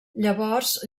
llavors